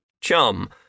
Chum